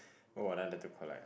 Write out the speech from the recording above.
what would I like to collect ah